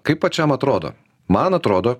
kaip pačiam atrodo man atrodo